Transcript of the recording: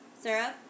syrup